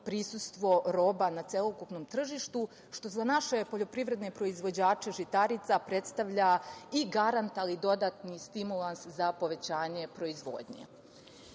prisustvo roba na celokupnom tržištu, što za naše poljoprivredne proizvođače žitarica predstavlja i garant, a i dodatni stimulans za povećanje proizvodnje.Za